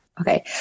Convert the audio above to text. Okay